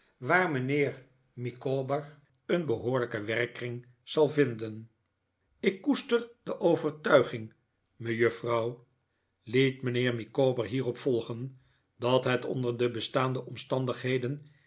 waar mijnheer micawber een behoorlijken werkkring zal vinden ik koester de overtuiging inejuffrouw liet mijnheer micawber hierop volgen dat het onder de bestaande omstandigheden